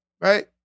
Right